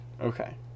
okay